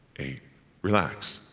eight relax.